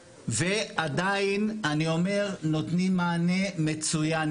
ועדיין אני אומר, נותנים מענה מצוין.